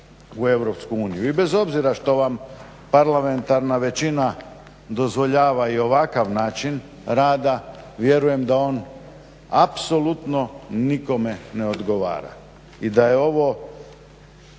u EU. I bez obzira što vam parlamentarna većina dozvoljava i ovakav način rada vjerujem da on apsolutno nikome ne odgovara i da je ovo